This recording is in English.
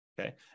Okay